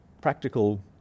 practical